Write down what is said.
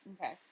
Okay